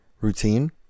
routine